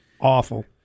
awful